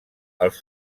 als